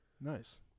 Nice